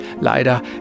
leider